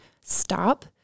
stop